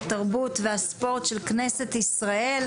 התרבות והספורט של כנסת ישראל.